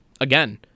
again